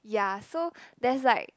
yeah so there's like